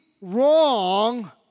wrong